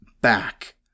back